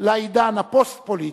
לעידן הפוסט-פוליטי,